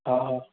हा हा